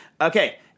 Okay